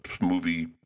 movie